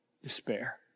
despair